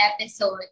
episode